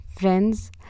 Friends